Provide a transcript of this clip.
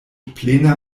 plena